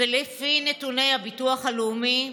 לפי נתוני הביטוח הלאומי,